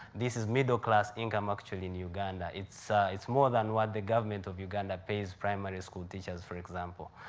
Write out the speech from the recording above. this is middle-class income actually in uganda. it's it's more than what the government of uganda pays primary school teachers, for example.